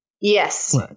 Yes